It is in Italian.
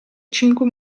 cinque